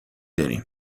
داریم